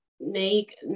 make